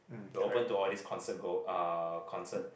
we open to all these concert go uh concert